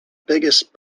biggest